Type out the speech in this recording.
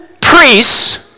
priests